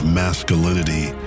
masculinity